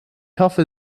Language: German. hoffe